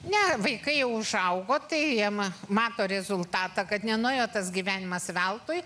ne vaikai užaugo tai mato rezultatą kad nenuėjo tas gyvenimas veltui